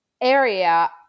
area